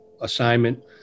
assignment